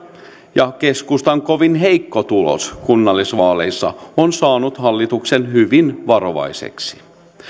ja keskustan kovin heikko tulos kunnallisvaaleissa on saanut hallituksen hyvin varovaiseksi